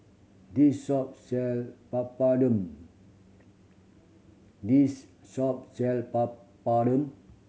this shop sell Papadum this shop sell Papadum